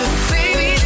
Baby